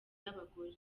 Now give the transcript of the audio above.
y’abagore